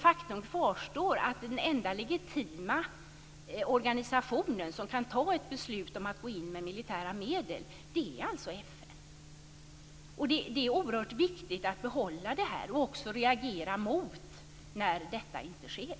Faktum kvarstår dock att den enda organisation som med legitimitet kan ta ett beslut om att gå in med militära medel är FN. Det är oerhört viktigt att hålla fast vid det och även att reagera när så inte sker.